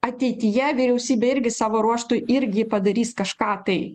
ateityje vyriausybė irgi savo ruožtu irgi padarys kažką tai